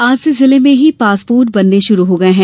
आज से जिले में ही पासपोर्ट बनने शुरु हो गए है